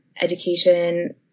education